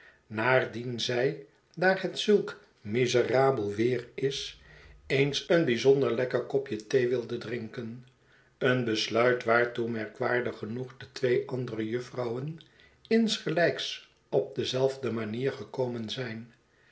naardien zij daar het zulk miserabel weer is eens een bijzonder lekker kopje de straten van londen des avonds thee wilde drinken een besluit waartoe merkwaardig genoeg de twee and ere jufvrouwen insgelijks op dezelfde manier gekomen zijn